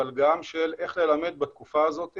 אבל גם איך ללמד בתקופה הזו.